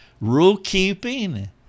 rule-keeping